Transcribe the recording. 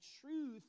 truth